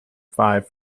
five